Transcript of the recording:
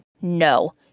No